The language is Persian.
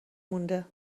مونده